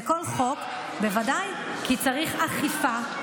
לכל חוק, בוודאי, כי צריך לזה אכיפה.